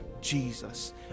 Jesus